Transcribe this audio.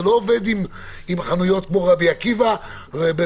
זה לא עובד עם חנויות כמו רבי עקיבא בבני